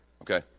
Okay